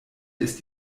ist